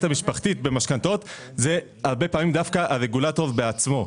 המשפחתית במשכנתאות זה הרבה פעמים דווקא הרגולטור בעצמו.